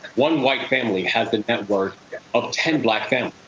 one white family has a net worth of ten black and